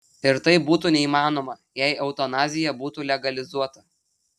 ir tai būtų neįmanoma jei eutanazija būtų legalizuota